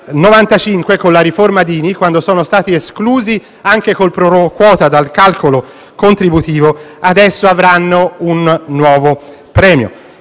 la cosiddetta riforma Dini, quando sono stati esclusi anche col proquota dal calcolo contributivo, e adesso avranno un nuovo premio.